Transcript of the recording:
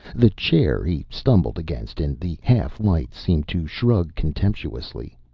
the chair he stumbled against in the half-light seemed to shrug contemptuously.